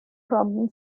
problem